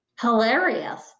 hilarious